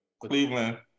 Cleveland